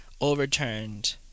overturned